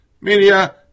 media